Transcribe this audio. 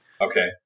Okay